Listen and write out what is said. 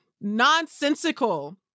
nonsensical